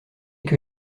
que